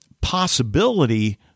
possibility